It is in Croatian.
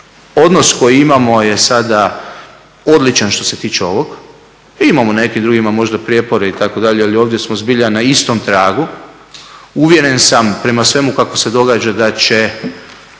odnos koji imamo je sada odličan što se tiče ovog. Imamo s nekima drugima možda prijepore itd. ali ovdje smo zbilja na istom tragu. Uvjeren sam, prema svemu kako se događa da ćemo